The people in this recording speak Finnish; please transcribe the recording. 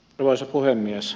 arvoisa puhemies